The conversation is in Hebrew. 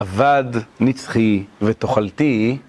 עבד, נצחי ותוחלתי.